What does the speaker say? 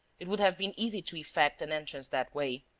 it would have been easy to effect an entrance that way.